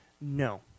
No